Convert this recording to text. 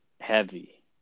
heavy